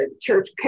church